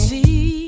See